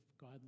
God